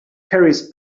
carries